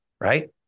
right